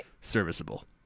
Serviceable